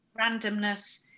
randomness